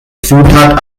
zutat